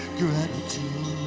gratitude